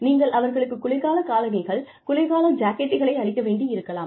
நீங்கள் அவர்களுக்குக் குளிர்கால காலணிகள் குளிர்கால ஜாக்கெட்டுகளை அளிக்க வேண்டியிருக்கலாம்